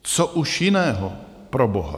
Co už jiného, proboha?